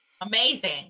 Amazing